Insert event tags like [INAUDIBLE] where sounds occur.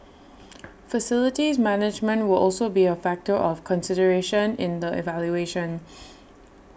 [NOISE] facilities management will also be A factor of consideration in the evaluation [NOISE]